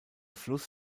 fluss